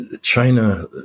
China